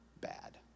bad